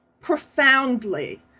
profoundly